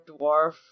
dwarf